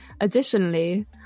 Additionally